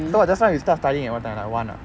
so just now you start studying at what time like one ah